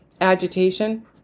agitation